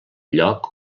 lloc